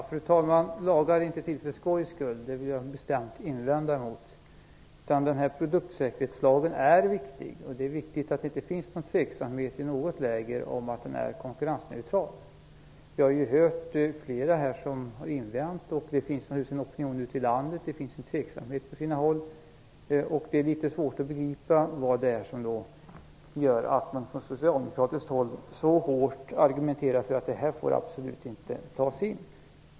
Fru talman! Jag vill bestämt invända mot detta. Jag menar att lagar inte är till för skojs skull. Produktsäkerhetslagen är viktig, och det är viktigt att det inte i något läger finns tveksamhet när det gäller dess konkurrensneutralitet. Flera har här invänt, och det finns naturligtvis en opinion ute i landet. Det finns på sina håll en tveksamhet, och det är litet svårt att begripa vad som gör att man från socialdemokratiskt håll så hårt argumenterar mot en sådan här utvidgning.